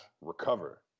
recover